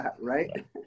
Right